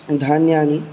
धान्यानि